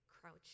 crouched